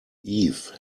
eve